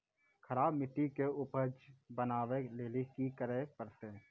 खराब मिट्टी के उपजाऊ बनावे लेली की करे परतै?